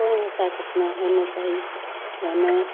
कोन भाषा केतना होना चाही या नै